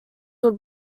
would